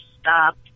stop